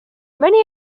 many